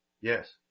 Yes